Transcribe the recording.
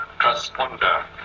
transponder